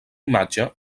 imatge